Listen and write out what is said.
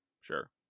Sure